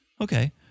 okay